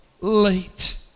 late